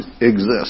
exist